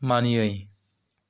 मानियै